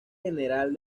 general